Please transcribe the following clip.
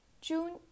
June